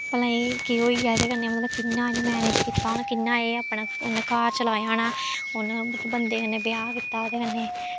भला एह् केह् होई गेआ एह्दे कन्नै मतलब कि'यां इन मैनेज कीता होना कि'यां एह् अपना उन घर चलाया होना उन बंदे कन्नै ब्याह् कीता ओह्दे कन्नै